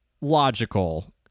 logical